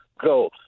Go